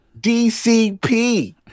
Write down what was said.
DCP